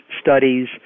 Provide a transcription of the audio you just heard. studies